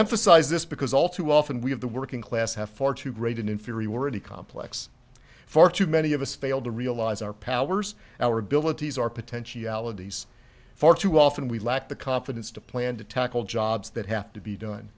emphasize this because all too often we have the working class have far too great an inferiority complex far too many of us fail to realize our powers our abilities our potentiality s far too often we lack the confidence to plan to tackle jobs that have to be done